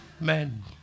men